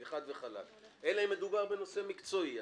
חד וחלק, אלא אם מדובר בנושא מקצועי.